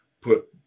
put